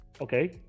Okay